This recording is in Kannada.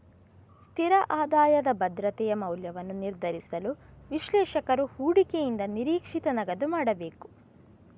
ಸ್ಥಿರ ಆದಾಯದ ಭದ್ರತೆಯ ಮೌಲ್ಯವನ್ನು ನಿರ್ಧರಿಸಲು, ವಿಶ್ಲೇಷಕರು ಹೂಡಿಕೆಯಿಂದ ನಿರೀಕ್ಷಿತ ನಗದು ಮಾಡಬೇಕು